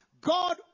God